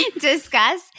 discuss